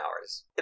hours